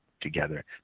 together